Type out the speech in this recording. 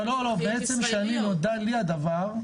ברגע שנודע לי הדבר,